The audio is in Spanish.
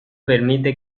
permite